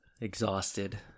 Exhausted